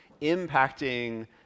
impacting